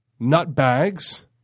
nutbags